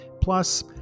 Plus